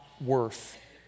worth